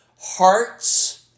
hearts